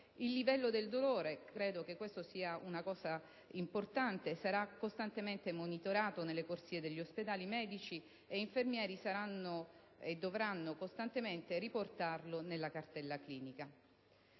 Il livello del dolore - credo che questo sia un aspetto importante - sarà costantemente monitorato nelle corsie degli ospedali; medici e infermieri dovranno costantemente riportarlo nella cartella clinica.